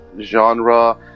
genre